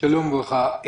שלום וברכה.